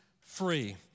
free